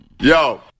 Yo